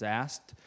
asked